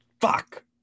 Fuck